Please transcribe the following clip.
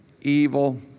evil